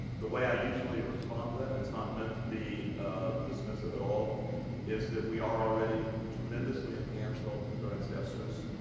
the way i usually respond to that and it's not meant to be dismissive at all is that we are already tremendously enhanced relative to our ancestors.